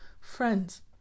Friends